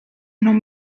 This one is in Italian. non